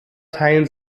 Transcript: teilen